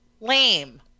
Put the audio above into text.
lame